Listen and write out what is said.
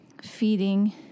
feeding